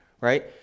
right